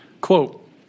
Quote